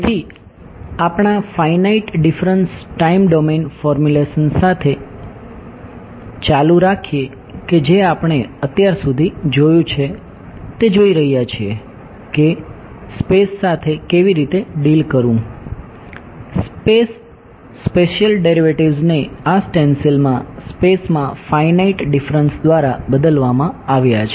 તેથી આપણાં ફાઇનાઇટ માં ફાઇનાઇટ ડિફરન્સ દ્વારા બદલવામાં આવ્યા છે